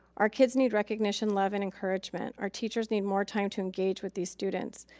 our kids need recognition, love and encouragement. our teachers need more time to engage with these students.